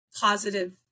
positive